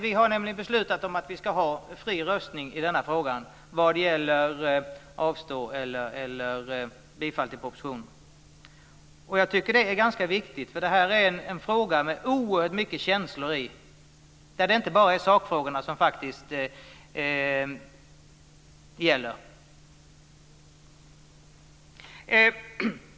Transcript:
Vi har nämligen beslutat om att vi ska ha fri röstning i den här frågan när det gäller att avstå eller att rösta för bifall till propositionen. Jag tycker att det är ganska viktigt. Detta är en fråga med oerhört mycket känslor i. Det är inte bara sakfrågorna som gäller.